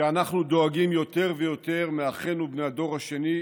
כשאנחנו דואגים שיותר ויותר מאחינו בני הדור השני